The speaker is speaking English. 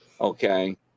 okay